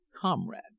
Comrade